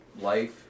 life